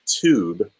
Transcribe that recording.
tube